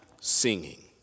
singing